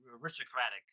aristocratic